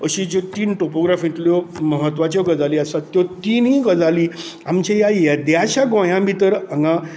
अशीं जी तीन टोपोग्राफिंतल्यो म्हत्वाच्यो गजाली आसात त्यो तिनीय गजाली आमच्या ह्या येद्याशा गोंयां भितर हांगा